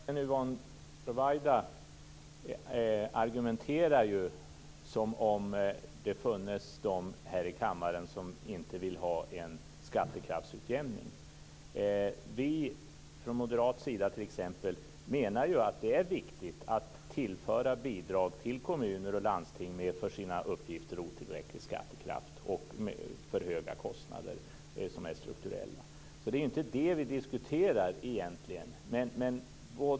Fru talman! Yvonne Ruwaida argumenterar som om det finns de i denna kammare som inte vill ha en skattekraftsutjämning. Vi moderater menar att det är viktigt att tillföra bidrag till kommuner och landsting med en för deras uppgifter otillräcklig skattekraft och med för höga strukturella kostnader. Men det är egentligen inte det som vi diskuterar.